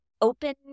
open